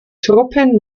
truppen